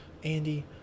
Andy